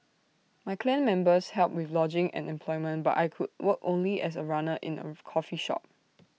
my clan members helped with lodging and employment but I could work only as A runner in A coffee shop